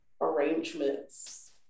Arrangements